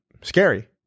scary